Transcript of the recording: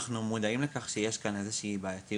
אנחנו מודעים לכך שיש כאן בעיה בחוסר